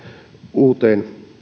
uuteen